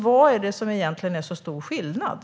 Vad är egentligen den stora skillnaden?